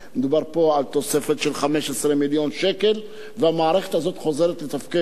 מדובר פה על תוספת של 15 מיליון שקלים והמערכת הזאת חוזרת לתפקד.